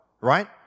right